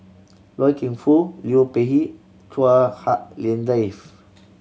Loy Keng Foo Liu Peihe Chua Hak Lien Dave